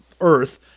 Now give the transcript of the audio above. earth